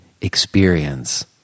experience